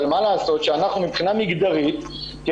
אבל מה לעשות שמבחינה מגדרית אנחנו